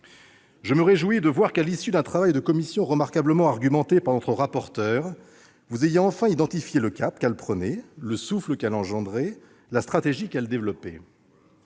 Je me réjouis de voir que, à l'issue d'un travail de commission remarquablement argumenté par notre rapporteur, vous avez enfin identifié le cap qu'elle prenait, le souffle qu'elle suscitait et la stratégie qu'elle développait.